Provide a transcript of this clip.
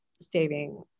saving